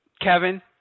Kevin